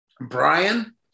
Brian